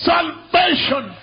Salvation